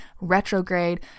retrograde